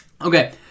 okay